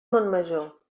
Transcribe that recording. montmajor